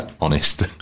honest